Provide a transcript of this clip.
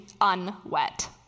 unwet